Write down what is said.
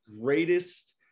greatest